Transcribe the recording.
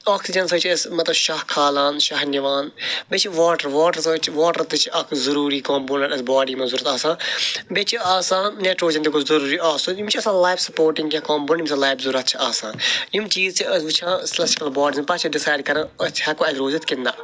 oxygen سۭتۍ چھِ أسۍ مطلب شاہ کھالان شاہ نِوان بیٚیہِ چھِ واٹر واٹر زن چھِ واٹر تہِ چھُ اکھ ضُروٗری بُلڈ اَسہِ باڈی منٛز ضوٚرَتھ آسان بیٚیہِ چھِ آز سان نٮ۪ٹرٛوجن تہِ گوٚژھ ضٔروٗری آسُن یِم چھِ آسان لایِف سپوٹنٛگ یا کمپونٮ۪نٛٹ یِم زَن لایِف ضوٚرتھ چھِ آسان یِم چیٖز چھِ أسۍ وٕچھان سِلٮ۪یٹِکٕل باڈیٖزن پتہٕ چھِ ڈِسایڈ کَران أسۍ ہٮ۪کوا اَتہِ روٗزِتھ کِنۍ نَہ